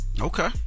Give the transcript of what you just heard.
Okay